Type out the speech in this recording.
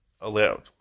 allowed